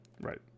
Right